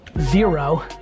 zero